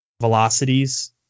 velocities